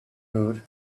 mood